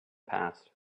passed